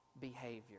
behavior